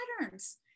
patterns